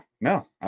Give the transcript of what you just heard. no